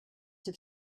have